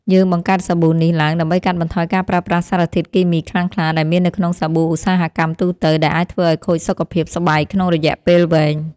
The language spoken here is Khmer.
យើងបង្កើតសាប៊ូនេះឡើងដើម្បីកាត់បន្ថយការប្រើប្រាស់សារធាតុគីមីខ្លាំងក្លាដែលមាននៅក្នុងសាប៊ូឧស្សាហកម្មទូទៅ ដែលអាចធ្វើឱ្យខូចសុខភាពស្បែកក្នុងរយៈពេលវែង។